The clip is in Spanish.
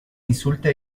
insulte